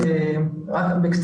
בבקשה.